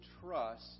trust